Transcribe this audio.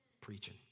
Preaching